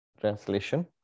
translation